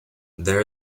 there